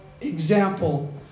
example